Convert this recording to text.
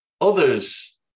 others